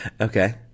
Okay